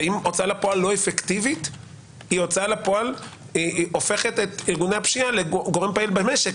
והוצאה לפועל לא אפקטיבית הופכת את ארגוני הפשיעה לגורם פעיל במשק.